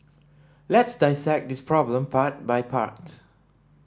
let's dissect this problem part by part